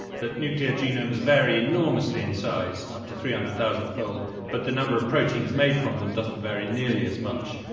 that nuclear genomes vary enormously in size-up to three hundred thousand fold but the number of proteins made from them doesn't vary nearly as much.